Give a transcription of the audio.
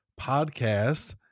podcast